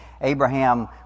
Abraham